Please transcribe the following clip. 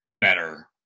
better